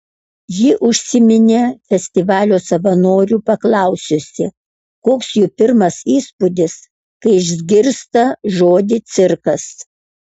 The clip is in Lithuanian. ji užsiminė festivalio savanorių paklausiusi koks jų pirmas įspūdis kai išgirsta žodį cirkas